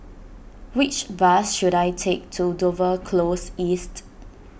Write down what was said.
which bus should I take to Dover Close East